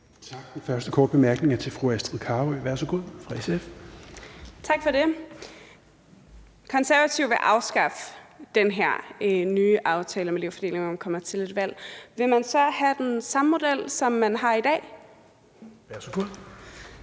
første korte bemærkning er til fru Astrid Carøe fra SF. Værsgo. Kl. 17:24 Astrid Carøe (SF): Tak for det. De Konservative vil afskaffe den her nye aftale om elevfordeling, når vi kommer til et valg. Vil man så have den samme model, som vi har i dag? Kl.